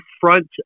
front